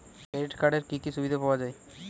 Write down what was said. Credit কার্ডের কি কি সুবিধা পাওয়া যায়?